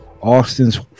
austin's